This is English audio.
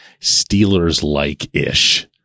Steelers-like-ish